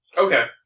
Okay